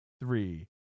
Three